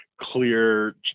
clear